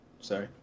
Sorry